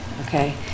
okay